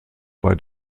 bei